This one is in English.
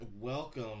welcome